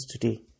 today